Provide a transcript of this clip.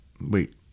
Wait